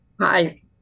Hi